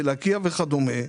בלקיה וכדומה,